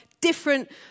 different